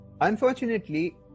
Unfortunately